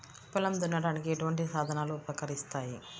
పొలం దున్నడానికి ఎటువంటి సాధనలు ఉపకరిస్తాయి?